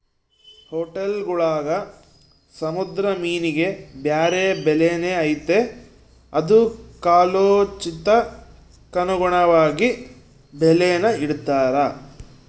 ಹೊಟೇಲ್ಗುಳಾಗ ಸಮುದ್ರ ಮೀನಿಗೆ ಬ್ಯಾರೆ ಬೆಲೆನೇ ಐತೆ ಅದು ಕಾಲೋಚಿತಕ್ಕನುಗುಣವಾಗಿ ಬೆಲೇನ ಇಡ್ತಾರ